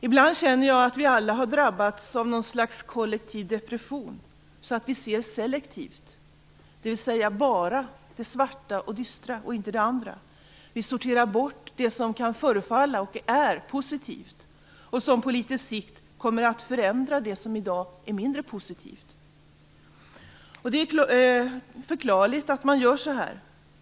Ibland känner jag att vi alla har drabbats av någon sorts kollektiv depression så att vi ser selektivt, dvs. bara det svarta och dystra och inte det andra. Vi sorterar bort det som kan förefalla - och är - positivt och som på litet sikt kommer att förändra det som i dag är mindre positivt. Det är förklarligt att man gör så här.